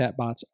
chatbots